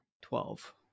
Twelve